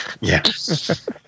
Yes